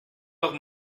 doch